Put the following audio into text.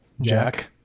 Jack